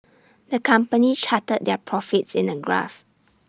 the company charted their profits in A graph